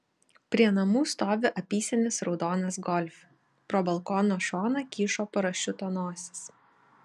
prie namų stovi apysenis raudonas golf pro balkono šoną kyšo parašiuto nosis